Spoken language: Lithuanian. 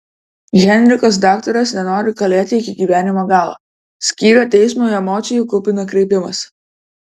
henrikas daktaras nenori kalėti iki gyvenimo galo skyrė teismui emocijų kupiną kreipimąsi